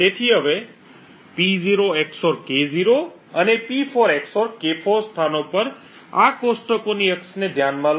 તેથી હવે P0 XOR K0 અને P4 XOR K4 સ્થાનો પર આ કોષ્ટકોની અક્ષને ધ્યાનમાં લો